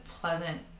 pleasant